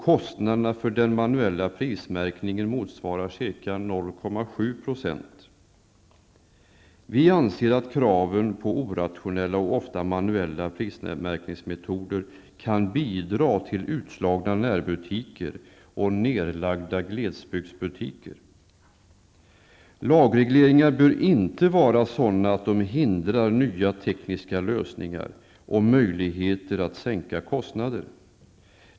Kostnaderna för den manuella prismärkningen motsvarar ca 0,7 %. Vi anser att kraven på orationella, ofta manuella, prismärkningsmetoder kan medföra utslagna närbutiker och nerlagda glesbygdsbutiker. Lagregleringar bör inte vara sådana att de hindrar nya tekniska lösningar och möjligheter att sänka kostnader.